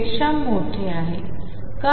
पेक्षा मोठे आहे